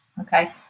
Okay